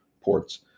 ports